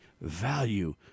value